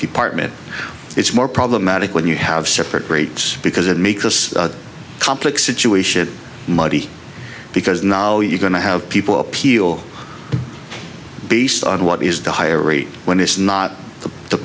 department it's more problematic when you have separate rates because it makes a complex situation muddy because now you're going to have people appeal based on what is the higher rate when it's not the